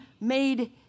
made